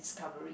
covering